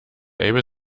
able